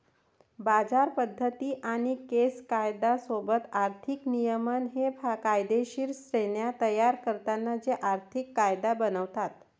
बाजार पद्धती आणि केस कायदा सोबत आर्थिक नियमन हे कायदेशीर श्रेण्या तयार करतात जे आर्थिक कायदा बनवतात